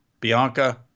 Bianca